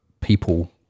people